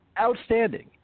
outstanding